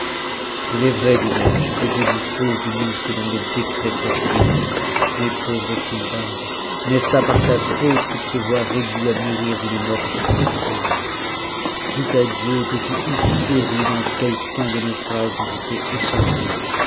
il est vrai disais-je que dieu dispose de nous selon les décrets de sa providence mais p vre sindbad n'est-ce pas par ta faute que tu te vois réduit à mourir d mort si étrange plût à dieu que tu eusses péri dans quelqu'un trages dont tu es échappé